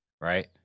right